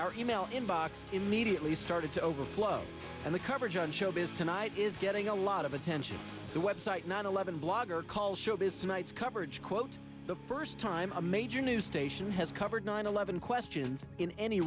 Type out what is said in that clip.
our e mail inbox immediately started to overflow and the coverage on showbiz tonight is getting a lot of attention the website nine eleven blogger calls showbiz tonight's coverage quote the first time a major news station has covered nine eleven questions in any